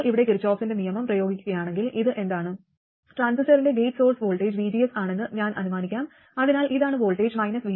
നിങ്ങൾ ഇവിടെ കിർചോഫിന്റെ Kirchhoff's നിയമം പ്രയോഗിക്കുകയാണെങ്കിൽ ഇത് എന്താണ് ട്രാൻസിസ്റ്ററിന്റെ ഗേറ്റ് സോഴ്സ് വോൾട്ടേജ് vgs ആണെന്ന് ഞാൻ അനുമാനിക്കാം അതിനാൽ ഇതാണ് വോൾട്ടേജ് vgs